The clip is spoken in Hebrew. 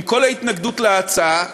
עם כל ההתנגדות להצעה,